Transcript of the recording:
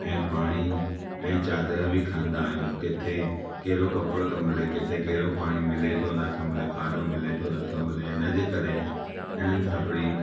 ऐं पाणी ऐं चादर भी खणन्दा आहियूं किथे केहिड़ो कपड़ो थो मिले किथे केहिड़ो पाणी मिले थो नथो मिले खाधो मिले थो नथो मिले हिन जे करे हिननि सभिनीनि